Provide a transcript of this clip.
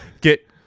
Get